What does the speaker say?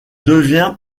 devient